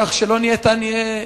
כך שלא ניתן יהיה,